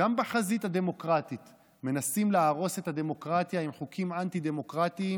בחזית הדמוקרטית מנסים להרוס את הדמוקרטיה עם חוקים אנטי-דמוקרטיים